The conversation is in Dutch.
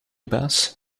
baas